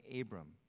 Abram